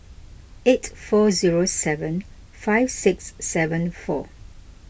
eight four zero seven five six seven four